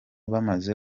bamaze